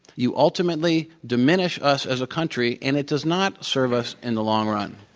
you ultimately diminish us as a country. and it does not serve us in the long run.